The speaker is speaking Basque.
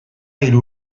hiru